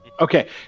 Okay